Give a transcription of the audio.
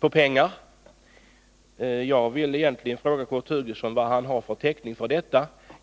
på pengar. Jag vill faktiskt fråga Kurt Hugosson vad han har för täckning för detta påstående.